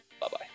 bye-bye